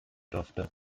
durfte